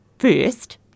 First